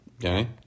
okay